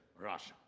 Russia